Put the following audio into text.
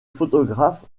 photographes